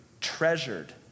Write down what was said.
treasured